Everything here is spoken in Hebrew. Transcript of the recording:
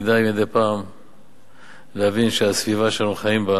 כדאי מדי פעם להבין שהסביבה שאנחנו חיים בה